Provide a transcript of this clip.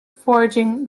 foraging